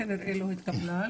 כנראה לא התקבלה,